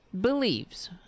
believes